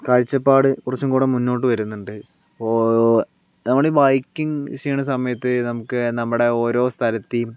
കാഴ്ചപ്പാട് കുറച്ചും കൂടെ മുന്നോട്ട് വരുന്നുണ്ട് ഇപ്പോൾ നമ്മുടെ ഈ ബൈക്കിംഗ് യൂസ് ചെയ്യുന്ന സമയത്ത് നമുക്ക് നമ്മുടെ ഓരോ സ്ഥലത്തെയും